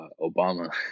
Obama